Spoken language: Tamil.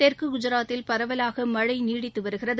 தெற்கு குஜராத்தில் பரவலாக மழை நீடித்து வருகிறது